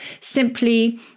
simply